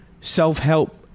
self-help